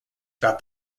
about